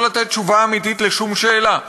ולא לתת תשובה אמיתית לשום שאלה.